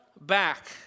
back